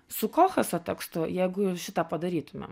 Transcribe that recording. su kolchaso tekstu jeigu jau šitą padarytumėm